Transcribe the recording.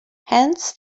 hence